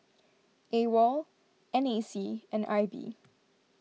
Awol N A C and I B